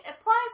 applies